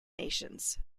nations